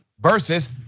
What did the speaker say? versus